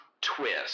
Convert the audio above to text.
twist